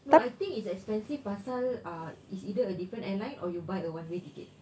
no I think it's expensive pasal ah it's either a different airline or you buy a one way ticket